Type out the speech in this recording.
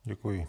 Děkuji.